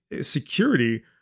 security